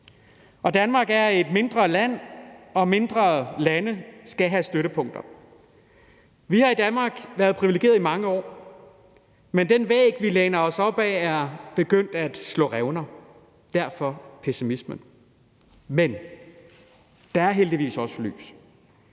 Og Danmark er et mindre land, og mindre lande skal have støttepunkter. Vi har i Danmark været privilegerede i mange år, men den væg, vi læner os op ad, er begyndt at slå revner, derfor pessimismen. Men der er heldigvis også lys,